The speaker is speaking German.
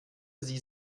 sie